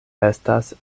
estas